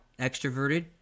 extroverted